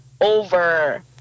over